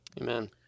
Amen